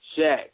Shaq